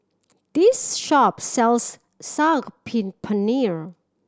this shop sells Saag pin Paneer